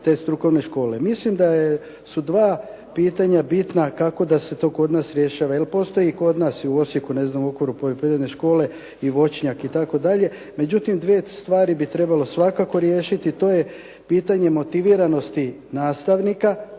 te strukovne škole. Mislim da su dva pitanja bitna kako da se to kod nas rješava, jer postoji i kod u Osijeku ne znam u …/Govornik se ne razumije./… poljoprivredne škole i voćnjak itd., međutim dvije stvari bi trebalo svakako riješiti. To je pitanje motiviranosti nastavnika